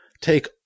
take